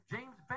James